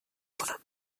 کنم